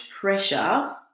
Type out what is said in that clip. pressure